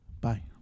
Bye